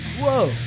Whoa